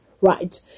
right